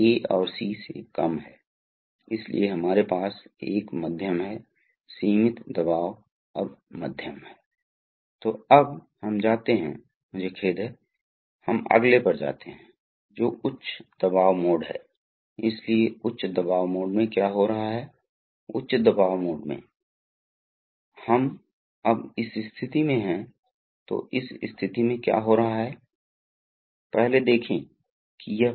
अब तरल प्रवाह कैसे होता है तरल वास्तव में पाइपों में बहता है अब यह है आप जानते हैं कि यह हाइड्रोलिक प्रणाली के लिए एक प्रकार की कमी है इस अर्थ में आपके पास होना चाहिए आपके पास कुछ होना चाहिए पाइपिंग और आपको न केवल पंप से लोड तक पाइप करना पड़ता है क्योंकि तरल बह रहा है क्योंकि यह एक तरल है इसलिए आपको रिटर्न लाइन की भी आवश्यकता है ताकि कुछ लागत और कुछ रखरखाव शामिल हो